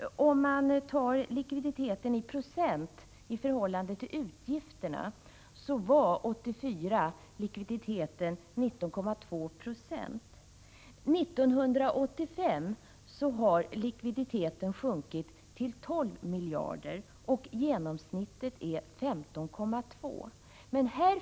Likviditeten i procent i förhållande till utgifterna uppgick 1984 till 19,2. År 1985 har likviditeten sjunkit till 12 miljarder och genomsnittligt 15,2 20 i förhållande till utgifterna.